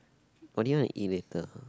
what do you want to eat later ah